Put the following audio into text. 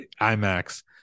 IMAX